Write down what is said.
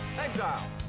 exile